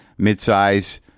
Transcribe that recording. midsize